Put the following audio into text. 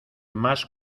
más